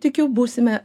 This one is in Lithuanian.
tikiu būsime